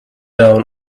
down